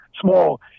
small